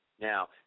Now